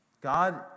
God